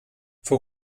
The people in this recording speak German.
für